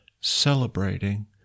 celebrating